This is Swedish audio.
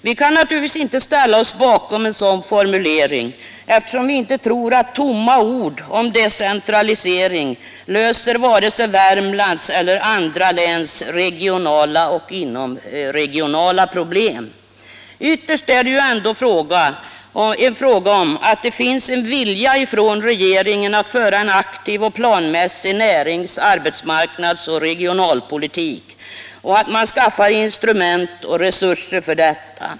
Vi kan naturligtvis inte ställa oss bakom en sådan formulering, eftersom vi inte tror att tomma ord om decentralisering löser vare sig Värmlands eller andra läns regionala eller inomregionala problem. Ytterst är det ju ändå en fråga om att det i regeringen finns en vilja att föra en aktiv och planmässig närings-, arbetsmarknadsoch regionalpolitik samt att man skaffar instrument och resurser för detta.